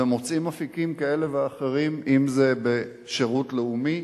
ומוצאים אפיקים כאלה ואחרים, אם בשירות לאומי,